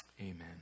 Amen